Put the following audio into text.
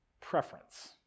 preference